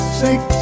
six